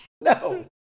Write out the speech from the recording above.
No